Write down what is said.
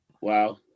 Wow